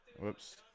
whoops